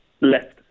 Left